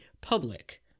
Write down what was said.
public